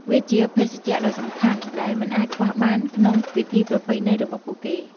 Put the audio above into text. វាជាភេសជ្ជៈដ៏សំខាន់ដែលមិនអាចខ្វះបានក្នុងពិធីប្រពៃណីរបស់ពួកគេ។